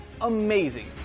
amazing